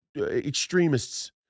extremists